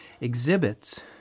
exhibits